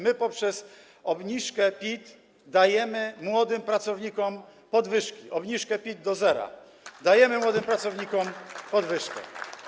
My poprzez obniżkę PIT dajemy młodym pracownikom podwyżki - poprzez obniżkę PIT do zera dajemy młodym pracownikom podwyżki.